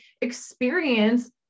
experience